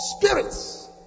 spirits